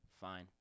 fine